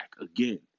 again